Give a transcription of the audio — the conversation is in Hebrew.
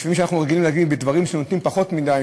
משום שאנחנו רגילים להגיד בדברים שנותנים פחות מדי,